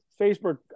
Facebook